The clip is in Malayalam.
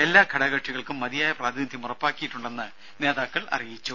എല്ലാഘടകകക്ഷികൾക്കും മതിയായ പ്രാതിനിധ്യം ഉറപ്പാക്കിയിട്ടുണ്ടെന്ന് നേതാക്കൾ വ്യക്തമാക്കി